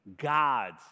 God's